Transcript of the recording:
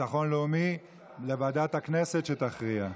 לוועדת הכנסת שתכריע.